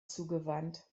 zugewandt